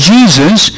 Jesus